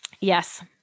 Yes